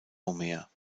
homer